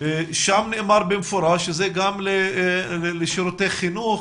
שם נאמר במפורש שזה גם לשירותי חינוך,